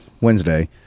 Wednesday